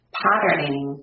patterning